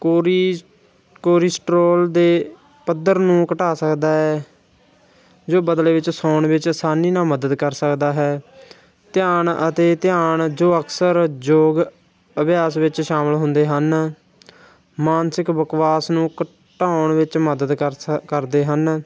ਕੋਰੀ cholesterol ਦੇ ਪੱਧਰ ਨੂੰ ਘਟਾ ਸਕਦਾ ਹੈ ਜੋ ਬਦਲੇ ਵਿੱਚ ਸੌਣ ਵਿੱਚ ਆਸਾਨੀ ਨਾਲ ਮਦਦ ਕਰ ਸਕਦਾ ਹੈ ਧਿਆਨ ਅਤੇ ਧਿਆਨ ਜੋ ਅਕਸਰ ਯੋਗ ਅਭਿਆਸ ਵਿੱਚ ਸ਼ਾਮਿਲ ਹੁੰਦੇ ਹਨ ਮਾਨਸਿਕ ਵਿਕਾਸ ਨੂੰ ਘਟਾਉਣ ਵਿੱਚ ਮਦਦ ਕਰ ਕਰਦੇ ਹਨ